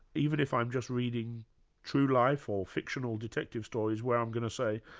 even if i'm just reading true life or fictional detective stories, where i'm going to say,